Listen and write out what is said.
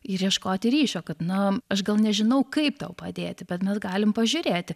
ir ieškoti ryšio kad na aš gal nežinau kaip tau padėti bet mes galim pažiūrėti